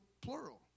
plural